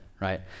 right